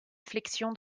flexion